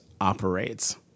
operates